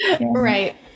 Right